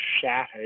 shattered